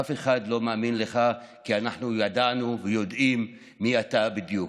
אף אחד לא מאמין לך כי אנחנו ידענו ויודעים מי אתה בדיוק: